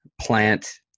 plant